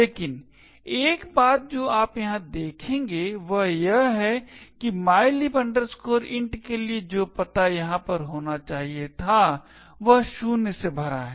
लेकिन एक बात जो आप यहाँ देखेंगे वह यह है कि mylib int के लिए जो पता यहाँ पर होना चाहिए था वह शून्य से भरा है